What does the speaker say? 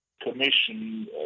Commission